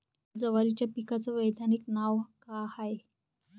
जवारीच्या पिकाचं वैधानिक नाव का हाये?